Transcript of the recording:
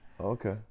Okay